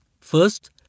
First